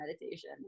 meditation